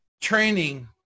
training